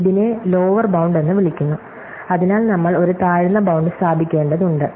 ഇതിനെ lower bound എന്ന് വിളിക്കുന്നു അതിനാൽ നമ്മൾ ഒരു താഴ്ന്ന ബൌണ്ട് സ്ഥാപിക്കേണ്ടതുണ്ട്